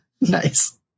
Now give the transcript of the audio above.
Nice